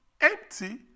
empty